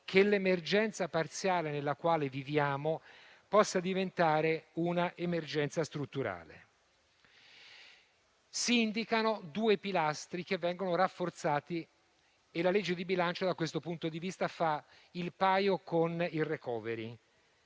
che l'emergenza parziale nella quale viviamo possa diventare strutturale. Si indicano due pilastri che vengono rafforzati e il disegno di legge di bilancio, da questo punto di vista, fa il paio con il *recovery